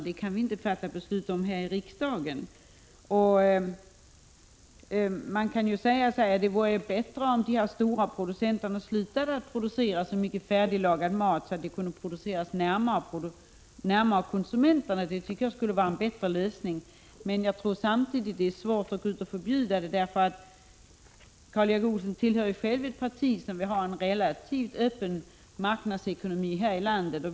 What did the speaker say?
Detta får tas upp i kommunerna. Man kan naturligtvis säga att det vore bättre om de stora producenterna slutade att producera så mycket färdiglagad mat så att maten kunde produceras närmare konsumenterna, vilket jag tycker skulle vara en bättre lösning. Men samtidigt tror jag att det är svårt att förbjuda detta. Karl Erik Olsson tillhör ju själv ett parti som vill ha en relativt öppen marknadsekonomi här i landet.